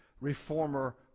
reformer